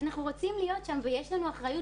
אנחנו רוצים להיות שם ויש לנו אחריות